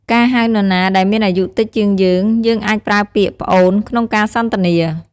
ការហៅនរណាដែលមានអាយុតិចជាងយើង យើងអាចប្រើពាក្យ "ប្អូន" ក្នុងការសន្ទនា។